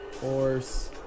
horse